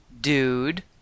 Dude